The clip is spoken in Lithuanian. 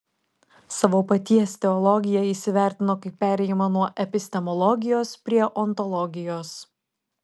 savo paties teologiją jis įvertino kaip perėjimą nuo epistemologijos prie ontologijos